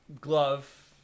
glove